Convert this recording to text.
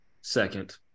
second